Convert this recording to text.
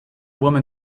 woman